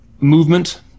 movement